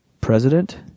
President